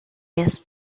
ellas